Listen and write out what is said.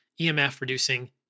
EMF-reducing